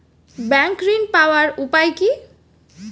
Bank ঋণ পাওয়ার উপায় কি?